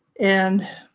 and